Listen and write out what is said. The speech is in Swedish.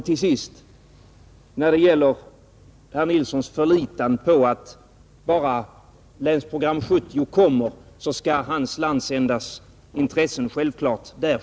Till sist vill jag säga några ord om herr Nilssons förlitan på att hans landsändas intressen självfallet skall beaktas i Länsprogram 1970.